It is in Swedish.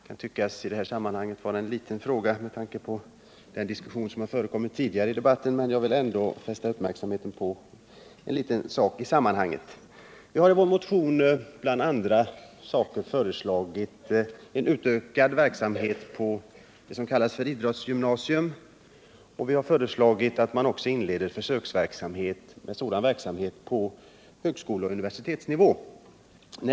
Den kan i det här sammanhanget tyckas vara en liten fråga med tanke på den diskussion som förekommit tidigare, men jag vill ändå fästa uppmärksamheten på en liten sak i sammanhanget Vi har i vår motion bl.a. föreslagit utökad verksamhet vid det som kallas idrottsgymnasier. Vi har också föreslagit att man inleder en försöksverksamhet av sådan art på högskoleoch universitetsnivå.